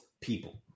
people